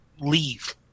leave